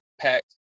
Pack